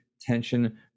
tension